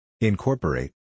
Incorporate